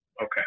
Okay